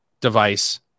device